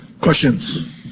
Questions